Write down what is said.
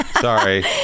Sorry